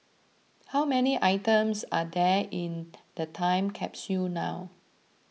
how many items are there in the time capsule now